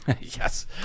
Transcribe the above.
Yes